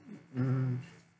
mm